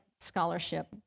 scholarship